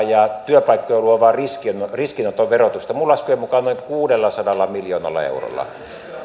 ja työpaikkoja luovan riskinoton riskinoton verotusta minun laskujeni mukaan noin kuudellasadalla miljoonalla eurolla